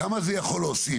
כמה זה יכול להוסיף,